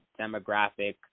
demographic